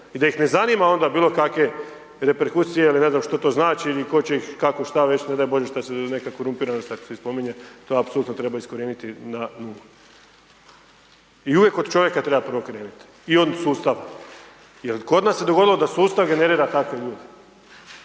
i da ih ne zanima onda bilo kakve reperkusije ili ne znam što to znači ili tko će ih kako, šta, već ne daj Bože šta se, neka korumpiranost, tako se i spominje, to apsolutno treba iskorijeniti na nulu. I uvijek od čovjeka treba prvo krenuti i od sustava. Jer kod nas se dogodilo da sustav generira takve ljude.